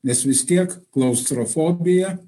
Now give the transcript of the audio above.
nes vis tiek klaustrofobija